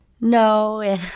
No